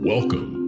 Welcome